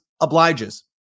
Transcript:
obliges